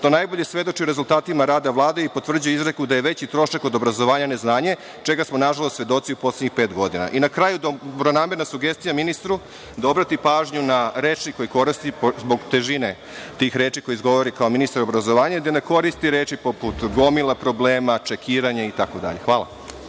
što najbolje svedoči rezultatima rada Vlade i potvrđuje izreku da je veći trošak od obrazovanja neznanje, čega smo, nažalost, svedoci u poslednjih pet godina. Na kraju, dobronamerna sugestija ministru, da obrati pažnju na rečnik koji koristi, zbog težine tih reči koje izgovori kao ministar obrazovanja, da ne koristi reči poput: gomila problema, čekiranje, itd. Hvala.